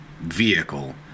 vehicle